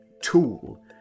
tool